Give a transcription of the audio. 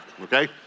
Okay